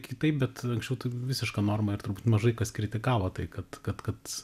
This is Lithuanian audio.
kitaip bet anksčiau tai visiška norma ir turbūt mažai kas kritikavo tai kad kad kad